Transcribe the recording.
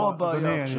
זאת הבעיה עכשיו.